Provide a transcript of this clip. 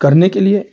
करने के लिए